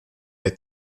der